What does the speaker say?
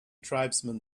tribesman